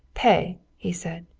pay! he said.